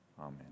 Amen